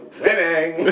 winning